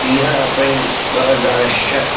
टीह अप्रैल ॿ हज़ार छह